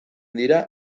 dira